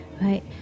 right